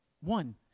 One